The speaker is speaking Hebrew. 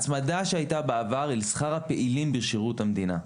ההצמדה שהיתה בעבר היא לשכר הפעילים בשירות המדינה,